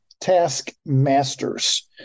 taskmasters